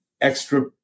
extra